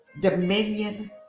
dominion